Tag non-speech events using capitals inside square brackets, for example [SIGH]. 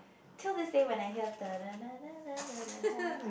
till this day when I hear [NOISE]